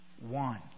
one